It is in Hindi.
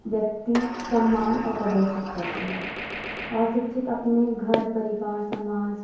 व्यक्ति सम्मान और प्रदर्शित करता है और सिक्षित अपने घर परिवार समाज